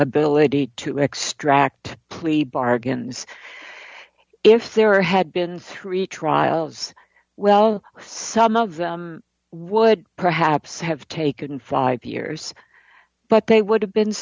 ability to extract plea bargains if there had been three trials well some of them would perhaps have taken five years but they would have been